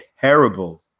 terrible